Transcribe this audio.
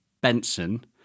Benson